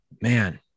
man